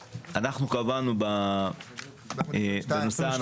בנושא ההנחות אנחנו קבענו שלמעשה יתאפשר סיוע